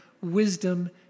wisdom